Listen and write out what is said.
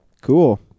Cool